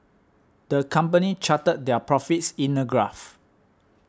the company charted their profits in a graph